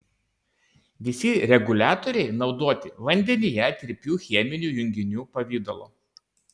visi reguliatoriai naudoti vandenyje tirpių cheminių junginių pavidalo